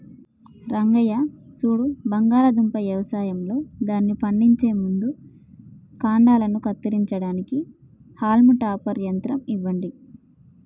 రంగయ్య సూడు బంగాళాదుంప యవసాయంలో దానిని పండించే ముందు కాండలను కత్తిరించడానికి హాల్మ్ టాపర్ యంత్రం ఇవ్వండి